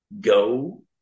go